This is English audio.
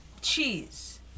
cheese